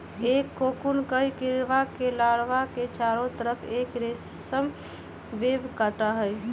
एक कोकून कई कीडड़ा के लार्वा के चारो तरफ़ एक रेशम वेब काता हई